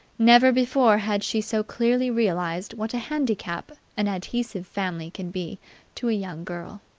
never before had she so clearly realized what a handicap an adhesive family can be to a young girl.